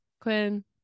Quinn